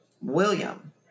William